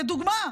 לדוגמה?